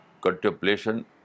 contemplation